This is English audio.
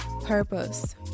purpose